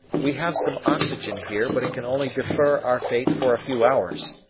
we have some oxygen here, but it can only defer our fate for a few hours.